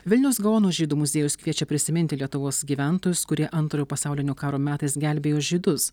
vilniaus gaono žydų muziejus kviečia prisiminti lietuvos gyventojus kurie antrojo pasaulinio karo metais gelbėjo žydus